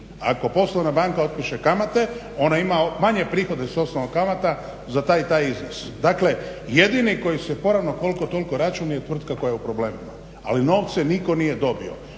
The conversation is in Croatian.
Ako poslovna banka otpiše kamate ona ima manje prihode s osnova kamata za taj i taj iznos. Dakle, jedini koji se … koliko toliko račun je tvrtka koja je u problemima ali novce nitko nije dobio.